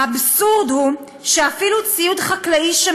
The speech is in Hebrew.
האבסורד הוא שאפילו ציוד חקלאי,